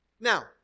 Now